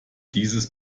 dieses